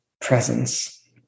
presence